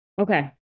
Okay